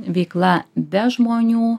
veikla be žmonių